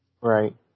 Right